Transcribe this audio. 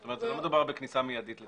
זאת אומרת, לא מדובר בכניסה מיידית לתוקף.